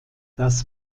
das